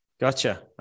gotcha